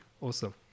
awesome